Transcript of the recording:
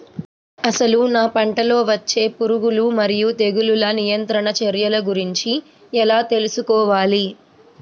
అసలు నా పంటలో వచ్చే పురుగులు మరియు తెగులుల నియంత్రణ చర్యల గురించి ఎలా తెలుసుకోవాలి?